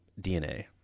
DNA